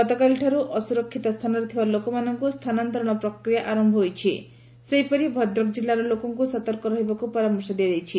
ଗତକାଲିଠାରୁ ଅସୁରକ୍ଷିତ ସ୍ଚାନରେ ଥିବା ଲୋକମାନଙ୍କୁ ସ୍ଚାନାନ୍ତରଶ ପ୍ରକ୍ରିୟା ଆର ସେହିପରି ଭଦ୍ରକ କିଲ୍ଲାର ଲୋକଙ୍କୁ ସତର୍କ ରହିବାକୁ ପରାମର୍ଶ ଦିଆଯାଇଛି